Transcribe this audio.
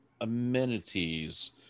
amenities